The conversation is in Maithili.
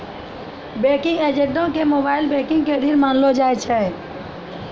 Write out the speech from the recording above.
बैंकिंग एजेंटो के मोबाइल बैंकिंग के रीढ़ मानलो जाय छै